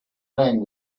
rang